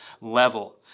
level